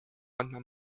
andma